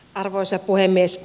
arvoisa puhemies